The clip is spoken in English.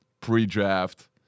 pre-draft